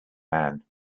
man